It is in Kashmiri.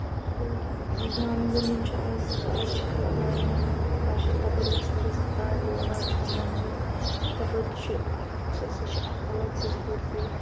تہٕ دانہٕ زٔمیٖن چھُ آز آز چھِ خَلق دانہِ لونان آز چھِ تَپٲرۍ ۄسہٕ درسہٕ تانہِ لونا چھۄمبان چھِ تَپٲرۍ تہِ چھُ تَتھ تہِ چھُ سُہ چھُ اکھ الگ خوٗبصوٗرتی